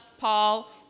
Paul